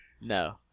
No